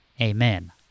Amen